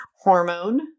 hormone